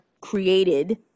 created